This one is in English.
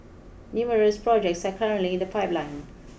numerous projects are currently in the pipeline